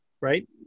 right